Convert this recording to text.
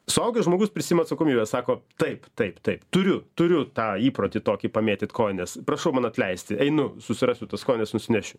suaugęs žmogus prisiima atsakomybę sako taip taip taip turiu turiu tą įprotį tokį pamėtyt kojines prašau man atleisti einu susirasiu tas skonis nusinešiu